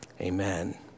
Amen